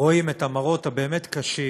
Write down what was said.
רואים את המראות הבאמת-קשים